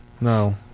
no